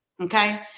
Okay